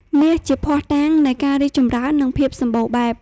មាសជាភស្តុតាងនៃការរីកចម្រើន និងភាពសម្បូរបែប។